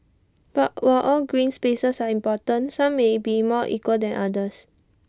but while all green spaces are important some may be more equal than others